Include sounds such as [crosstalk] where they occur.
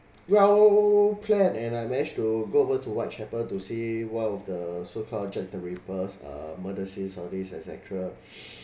well planned and I managed to go over to whitechapel to see one of the so called jack the ripper's uh murder scenes all these et cetera [breath]